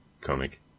comic